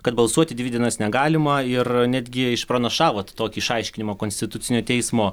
kad balsuoti dvi dienas negalima ir netgi išpranašavot tokį išaiškinimą konstitucinio teismo